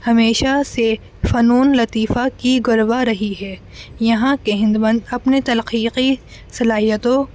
ہمیشہ سے فنون لطیفہ کی گرویدہ رہی ہے یہاں کے ہنر مند اپنے تخلیقی صلاحیتوں